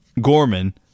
Gorman